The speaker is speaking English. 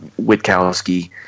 Witkowski